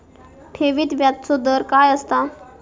ठेवीत व्याजचो दर काय असता?